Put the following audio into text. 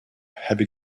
heavy